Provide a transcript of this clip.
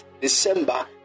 December